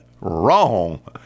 Wrong